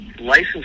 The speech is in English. license